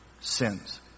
Sins